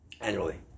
Annually